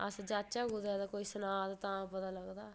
अस जाह्चै कुतै तां कोई सनांदा ते तां पता चलदा